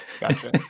Gotcha